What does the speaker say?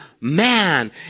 man